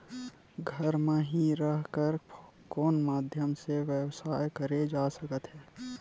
घर म हि रह कर कोन माध्यम से व्यवसाय करे जा सकत हे?